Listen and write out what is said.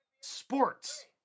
sports